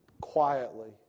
quietly